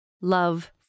Love